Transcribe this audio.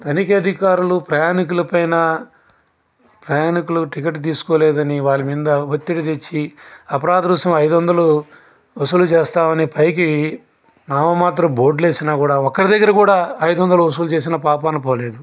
తనిఖీ అధికారులు ప్రయాణికుల పైన ప్రయాణికులు టికెట్ తీసుకోలేదని వారి మీద ఒత్తిడి తెచ్చి అపరాధ రుసుము ఐదువందలు వసూలు చేస్తామని పైకి నామ మాత్రం బోర్డ్లు ఏసినా కూడ ఒక్కరి దగ్గర కూడ ఐదువందలు వసూలు చేసిన పాపాన పోలేదు